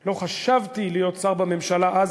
לא חשבתי להיות שר בממשלה אז,